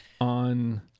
on